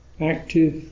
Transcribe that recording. active